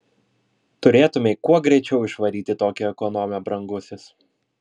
turėtumei kuo greičiau išvaryti tokią ekonomę brangusis